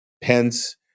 Pence